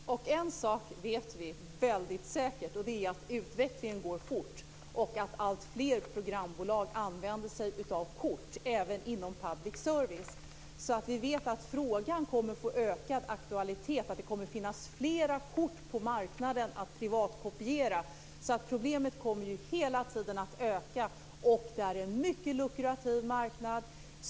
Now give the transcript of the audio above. Fru talman! En sak vet vi väldigt säkert, och det är att utvecklingen går fort och att alltfler programbolag använder sig av kort även inom public service. Vi vet att frågan kommer att få ökad aktualitet och att det kommer att finnas fler kort på marknaden att privatkopiera. Problemet kommer hela tiden att öka. Det är en mycket lukrativ marknad.